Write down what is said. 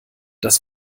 das